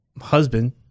husband